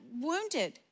wounded